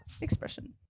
expression